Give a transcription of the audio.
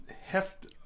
heft